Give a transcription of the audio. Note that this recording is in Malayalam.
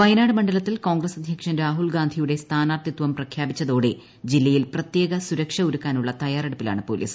വയനാട് മണ്ഡലത്തിൽ കോൺഗ്രസ് അദ്ധ്യക്ഷൻ രാഹുൽഗാന്ധിയുടെ സ്ഥാനാർത്ഥിത്വം പ്രഖ്യാപിച്ചതോടെ ജില്ലയിൽ പ്രത്യേക സുരക്ഷ ഒരുക്കാനുള്ള തയ്യാറെടുപ്പിലാണ് പോലീസ്